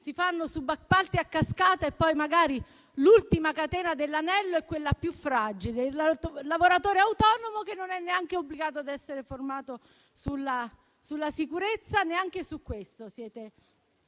si fanno subappalti a cascata e poi magari l'ultimo anello della catena è quello più fragile, dove il lavoratore autonomo non è neanche obbligato ad essere formato sulla sicurezza. Neanche su questo